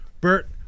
Bert